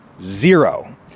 Zero